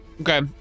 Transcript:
Okay